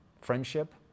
friendship